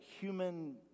human